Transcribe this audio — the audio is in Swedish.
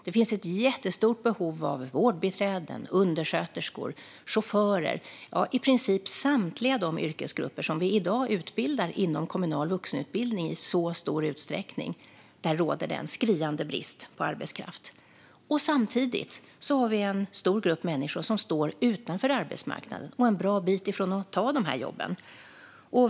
Det finns ett jättestort behov av vårdbiträden, undersköterskor och chaufförer, alltså i princip samtliga de yrkesgrupper som vi i dag utbildar inom kommunal vuxenutbildning i så stor utsträckning. Där råder det en skriande brist på arbetskraft. Samtidigt har vi en stor grupp människor som står utanför arbetsmarknaden och är en bra bit från att ta dessa jobb.